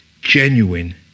genuine